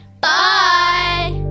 Bye